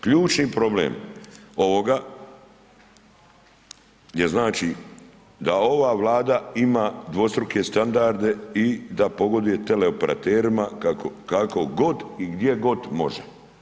Ključni problem ovoga je znači da ova Vlada ima dvostruke standarde i da pogoduje teleoperaterima, kako god i gdje god može.